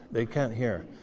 they can't hear.